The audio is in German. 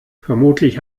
vermutlich